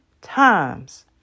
times